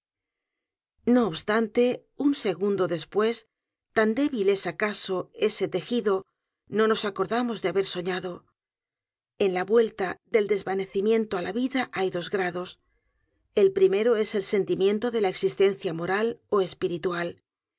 no obstante un segundo después tan débil es acaso ese tejido no nos acordamos de haber soñado en la vuelta del desvanecimiento á la vida hay dos g r a d o s el primero es el sentimiento de la existencia moral ó espiritual